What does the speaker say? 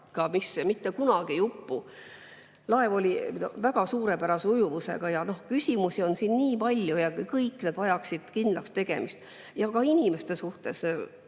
mis mitte kunagi ei upu, laev oli väga suurepärase ujuvusega. Küsimusi on siin nii palju ja kõik need vajaksid kindlaks tegemist. Ja ka inimeste